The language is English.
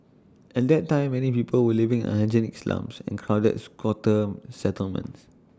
at that time many people were living in unhygienic slums and crowded squatter settlements